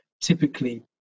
typically